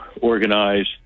organize